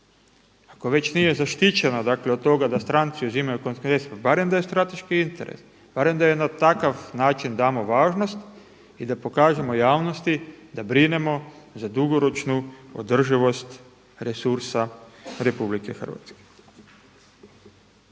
ako već nije zaštićena, dakle od toga da stranci uzimaju koncesiju, barem da je strateški interes, barem da im na takav način damo važnost i da pokažemo javnosti da brinemo za dugoročnu održivost resursa RH. Javnost